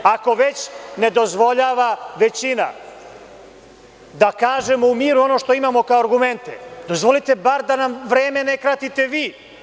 Ako već ne dozvoljava većina da kažemo mi ono što imamo kao argumente, dozvolite bar da nam vreme ne kratite vi.